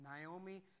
Naomi